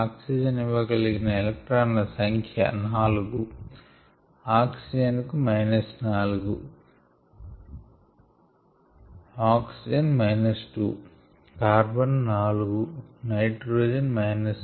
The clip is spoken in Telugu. ఆక్సిజన్ ఇవ్వ గలిగిన ఎలక్రాస్ సంఖ్య 4 O2 కు 4 O 2 కార్బన్ 4 నైట్రోజెన్ 3